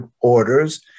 orders